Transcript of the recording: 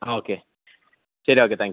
okay ശരി okay thank you